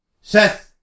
Seth